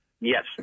Yes